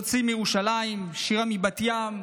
יוסי מירושלים, שירה מבת ים,